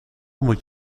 moet